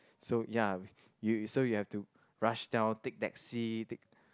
so ya you so you have to rush down take taxi take